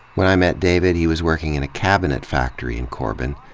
when i met david, he was working in a cabinet factory in corbin.